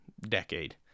decade